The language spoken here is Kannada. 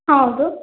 ಹಾಂ ಹೌದು